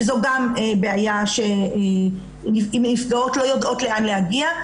שזאת גם בעיה שנפגעות לא יודעות לאן להגיע.